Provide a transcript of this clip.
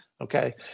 Okay